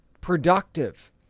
productive